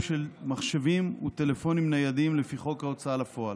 של מחשבים וטלפונים ניידים לפי חוק ההוצאה לפועל.